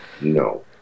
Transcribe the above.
no